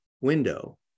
window